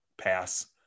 Pass